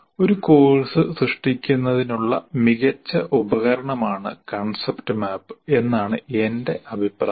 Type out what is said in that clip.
ഒരു കോഴ്സ് സൃഷ്ടിക്കുന്നതിനുള്ള മികച്ച ഉപകരണമാണ് കൺസെപ്റ്റ് മാപ്പ് എന്നാണ് എന്റെ അഭിപ്രായം